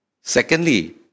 Secondly